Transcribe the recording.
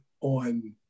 on